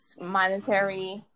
monetary